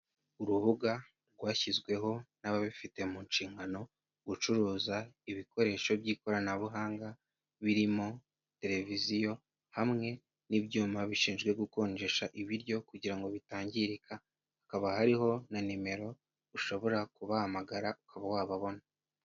Urubuga rwashyizweho n'ababifite mu nshingano, gucuruza ibikoresho by'ikoranabuhanga birimo televiziyo hamwe n'ibyuma bishinzwe gukonjesha ibiryo kugira ngo bitangirika, hakaba hariho na nimero ushobora kubahamagara ukaba wababona.